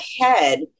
ahead